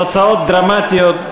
תוצאות דרמטיות.